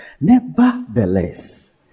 Nevertheless